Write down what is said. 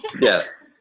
Yes